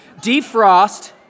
Defrost